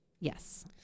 yes